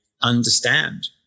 understand